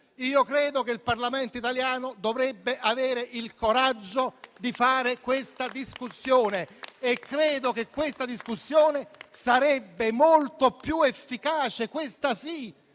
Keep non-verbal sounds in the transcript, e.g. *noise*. Io credo che il Parlamento italiano dovrebbe avere il coraggio di fare questa discussione. *applause* Credo che questa discussione sarebbe molto più efficace, questa sì,